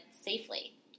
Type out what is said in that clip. safely